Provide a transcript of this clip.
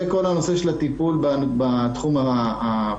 זה כל הנושא בתחום הפיזי.